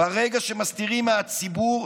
ברגע שמסתירים מהציבור,